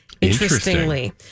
interestingly